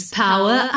power